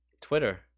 Twitter